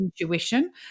intuition